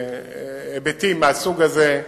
בהיבטים מהסוג הזה.